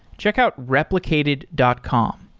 checkout replicated dot com.